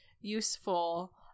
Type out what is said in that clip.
useful –